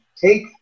take